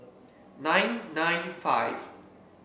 nine nine five